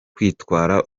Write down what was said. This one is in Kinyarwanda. kwitwara